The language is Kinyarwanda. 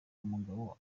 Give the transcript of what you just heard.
umugabo